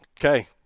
okay